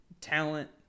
talent